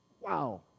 Wow